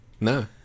No